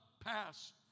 pass